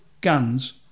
guns